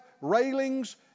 railings